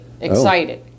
excited